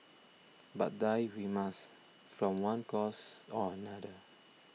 but die we must from one cause or another